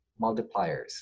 multipliers